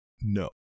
No